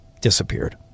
disappeared